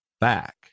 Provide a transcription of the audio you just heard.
back